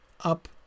up